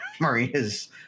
Marina's